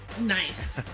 Nice